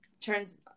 turns